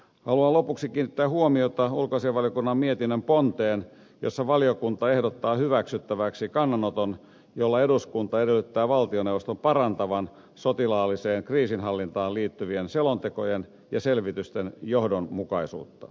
haluan lopuksi kiinnittää huomiota ulkoasiainvaliokunnan mietinnön ponteen jossa valiokunta ehdottaa hyväksyttäväksi kannanoton jolla eduskunta edellyttää valtioneuvoston parantavan sotilaalliseen kriisinhallintaan liittyvien selontekojen ja selvitysten johdonmukaisuutta